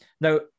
Now